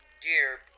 dear